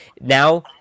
Now